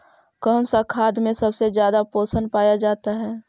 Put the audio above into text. कौन सा खाद मे सबसे ज्यादा पोषण पाया जाता है?